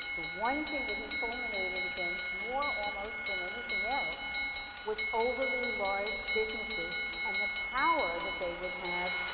the one thing that he fulminated against more almost than anything else was overly large businesses and the power that they would have,